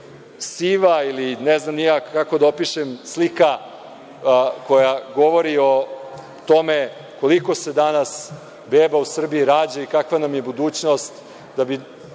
siva ili ne znam ni ja kako da opišem slika, koja govori o tome koliko se danas beba u Srbiji rađa i kakva nam je budućnost, da bi